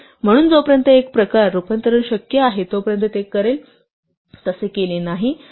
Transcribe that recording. म्हणून जोपर्यंत एक प्रकार रूपांतरण शक्य आहे तोपर्यंत ते करेलतसे केले नाही तर तो एक एररपरत करेल